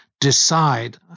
decide